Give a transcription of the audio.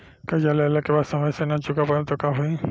कर्जा लेला के बाद समय से ना चुका पाएम त का होई?